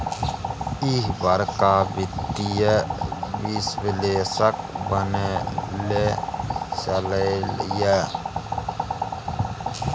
ईह बड़का वित्तीय विश्लेषक बनय लए चललै ये